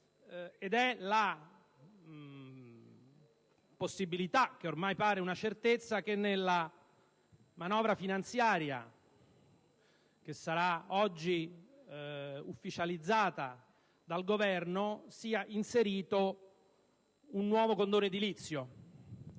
alla possibilità, che ormai pare una certezza, che nella manovra finanziaria che sarà oggi ufficializzata dal Governo sia inserito un nuovo condono edilizio: